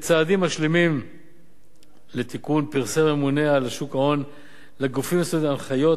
כצעדים משלימים לתיקון פרסם הממונה על שוק ההון לגופים המוסדיים הנחיות,